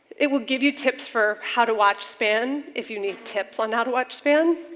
it will give you tips for how to watch span, if you need tips on how to watch span,